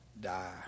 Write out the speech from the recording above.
die